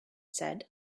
said